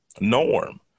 norm